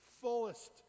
fullest